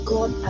God